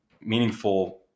meaningful